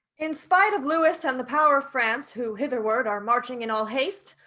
in spite of lewis and the power of france, who hitherward are marching in all haste,